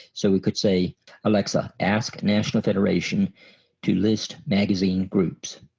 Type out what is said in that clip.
so we could say alexa ask national federation to list magazine groups.